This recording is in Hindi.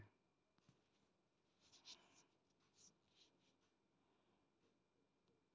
क्या सबसे पुराना तुलन पत्र ईस्ट इंडिया कंपनी का दर्ज किया गया है?